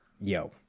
Yo